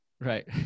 Right